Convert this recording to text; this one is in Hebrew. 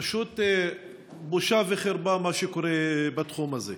פשוט בושה וחרפה מה שקורה בתחום הזה.